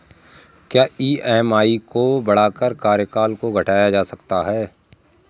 क्या ई.एम.आई को बढ़ाकर कार्यकाल को घटाया जा सकता है?